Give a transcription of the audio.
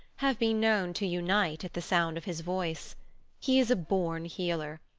have been known to unite at the sound of his voice he is a born healer,